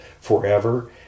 forever